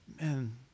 Man